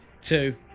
two